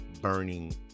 burning